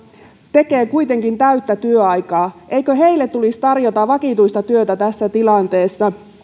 tekevät kuitenkin täyttä työaikaa eikö heille tulisi tarjota vakituista työtä tässä tilanteessa